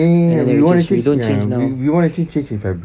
and then we change we don't change now